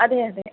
അതെ അതെ